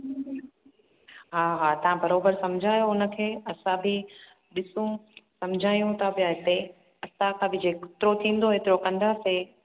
हा हा तव्हां बराबरि सम्झायो उन खे असां बि ॾिसूं सम्झायूं ता पिया हिते असां सां बि जेतिरो थींदो ओतिरो कंदासीं